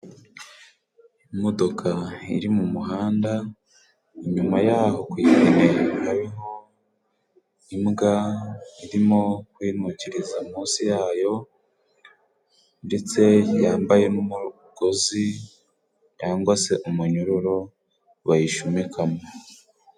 Imodoka iri mu muhanda inyuma yaho ku ipine hariho imbwa, irimo kwinukiriza munsi yayo ndetse yambaye n'umugozi, cyangwa se umunyururu bayishumikamo.